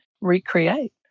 recreate